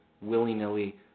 willy-nilly